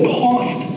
cost